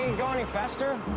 go any faster?